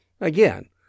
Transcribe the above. Again